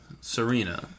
Serena